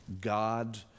God